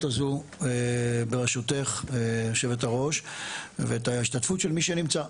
הזו ברשותך היושבת-ראש ואת ההשתתפות של מי שנמצא,